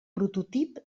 prototip